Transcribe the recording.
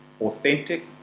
authentic